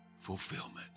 Fulfillment